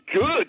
Good